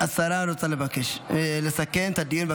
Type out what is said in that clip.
השרה רוצה לסכם את הדיון.